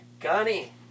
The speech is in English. Gunny